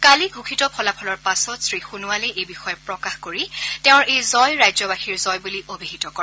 কালি ঘোষিত ফলাফলৰ পাছত শ্ৰীসোণোৱালে এই বিষয়ে প্ৰকাশ কৰি তেওঁৰ এই জয় ৰাজ্যবাসীৰ জয় বুলি অভিহিত কৰে